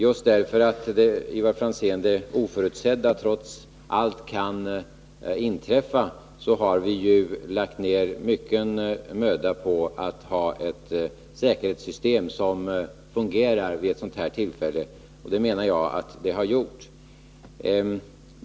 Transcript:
Just därför att, Ivar Franzén, det oförutsedda trots allt kan inträffa har vi lagt ned mycken möda på att ha ett säkerhetssystem som fungerar vid ett sådant här tillfälle, och det menar jag att det har gjort.